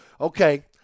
okay